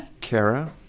Kara